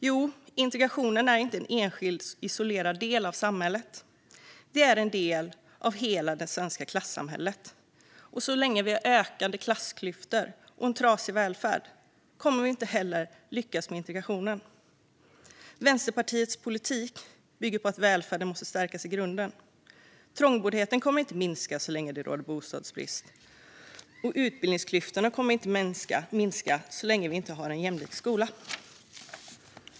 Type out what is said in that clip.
Jo, integrationen är inte en enskild, isolerad del av samhället. Den är en del av hela det svenska klassamhället. Så länge vi har ökande klassklyftor och en trasig välfärd kommer vi inte heller att lyckas med integrationen. Vänsterpartiets politik bygger på att välfärden måste stärkas i grunden. Trångboddheten kommer inte att minska så länge det råder bostadsbrist. Utbildningsklyftorna kommer inte att minska så länge vi inte har en jämlik skola.